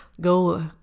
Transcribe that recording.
Go